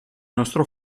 nostro